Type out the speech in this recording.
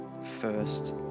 first